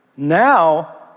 Now